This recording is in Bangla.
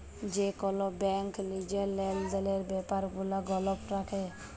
যে কল ব্যাংক লিজের লেলদেলের ব্যাপার গুলা গপল রাখে